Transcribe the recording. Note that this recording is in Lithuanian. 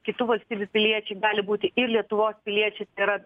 kitų valstybių piliečiai gali būti ir lietuvos piliečiais tai yra